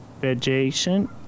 vegetation